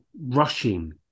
rushing